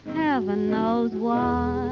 heaven knows why